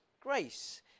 grace